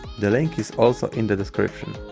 the link is also in the description